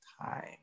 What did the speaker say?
time